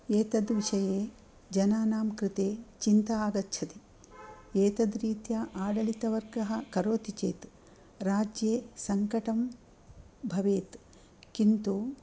एतत् विषये जनानां कृते चिन्ता आगच्छति एतद्रीत्या आडलितवर्गः करोति चेत् राज्ये सङ्कटं भवेत् किन्तु